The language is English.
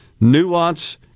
nuance